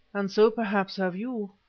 and so perhaps have you,